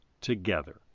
together